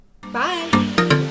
Bye